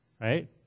Right